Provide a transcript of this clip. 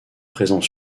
présent